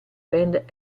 band